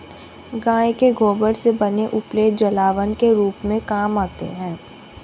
गाय के गोबर से बने उपले जलावन के रूप में काम आते हैं